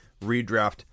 redraft